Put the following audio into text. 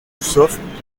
sauf